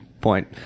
Point